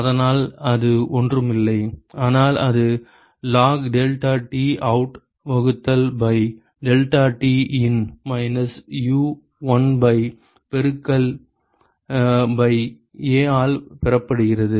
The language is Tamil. அதனால் அது ஒன்றுமில்லை ஆனால் அது log டெல்டாடிஅவுட் வகுத்தல் by delta T in minus U 1 by பெருக்கல் பை A ஆல் பெறப்படுகிறது